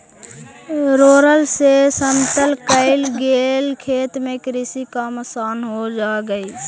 roller से समतल कईल गेल खेत में कृषि काम आसान हो जा हई